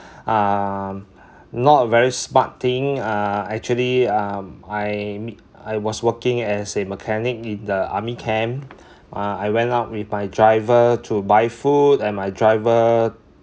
um not very smart thing uh actually um I mee~ I was working as a mechanic in the army camp uh I went out with my driver to buy food and my driver